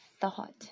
thought